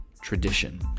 tradition